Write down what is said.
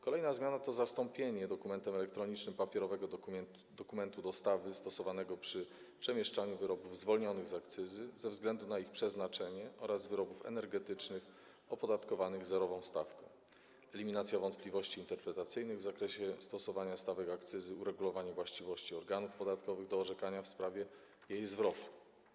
Kolejne zmiany to: zastąpienie dokumentem elektronicznym papierowego dokumentu dostawy stosowanego przy przemieszczaniu wyrobów zwolnionych z akcyzy ze względu na ich przeznaczenie oraz wyrobów energetycznych opodatkowanych zerową stawką, eliminacja wątpliwości interpretacyjnych w zakresie stosowania stawek akcyzy i uregulowanie właściwości organów podatkowych do orzekania w sprawie jej zwrotu.